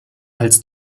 als